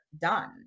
done